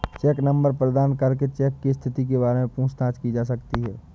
check number प्रदान करके cheque की स्थिति के बारे में पूछताछ की जा सकती है